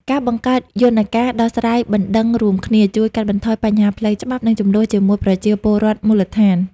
ការបង្កើតយន្តការដោះស្រាយបណ្ដឹងរួមគ្នា ជួយកាត់បន្ថយបញ្ហាផ្លូវច្បាប់ និងជម្លោះជាមួយប្រជាពលរដ្ឋមូលដ្ឋាន។